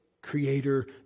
creator